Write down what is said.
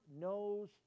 knows